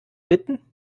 bitten